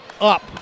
Up